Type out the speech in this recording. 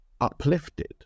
uplifted